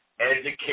Education